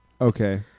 Okay